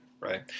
Right